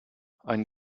einen